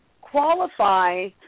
qualify